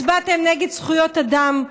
הצבעתם נגד זכויות אדם,